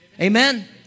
Amen